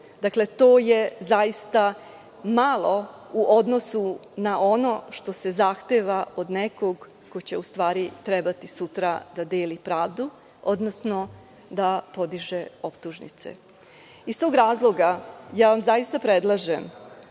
godine. To je zaista malo u odnosu na ono što se zahteva od nekog ko će, u stvari, trebati sutra da deli pravdu, odnosno da podiže optužnice. Iz tog razloga ja vam zaista predlažem